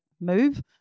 move